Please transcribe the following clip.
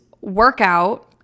workout